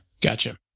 Gotcha